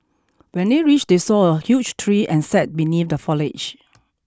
when they reached they saw a huge tree and sat beneath the foliage